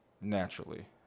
naturally